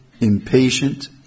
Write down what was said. impatient